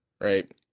right